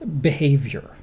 behavior